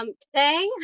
Today